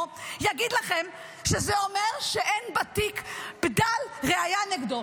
ויגיד לכם שזה אומר שאין בתיק בדל ראיה נגדו.